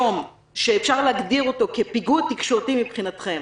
יום שאפשר להגדיר אותו כפיגוע תקשורתי מבחינתכם